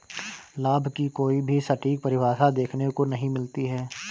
लाभ की कोई भी सटीक परिभाषा देखने को नहीं मिलती है